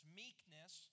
meekness